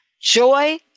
Joy